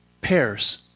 pairs